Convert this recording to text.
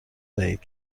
دهید